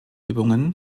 übungen